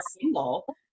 single